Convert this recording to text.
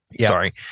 Sorry